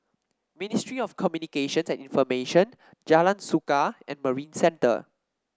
Ministry of Communications and Information Jalan Suka and Marina Centre